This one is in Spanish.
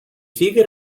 sigue